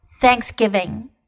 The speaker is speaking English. thanksgiving